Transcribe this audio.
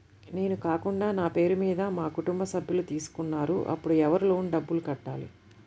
నేను కాకుండా నా పేరు మీద మా కుటుంబ సభ్యులు తీసుకున్నారు అప్పుడు ఎవరు లోన్ డబ్బులు కట్టాలి?